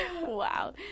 Wow